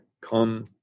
come